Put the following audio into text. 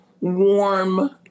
warm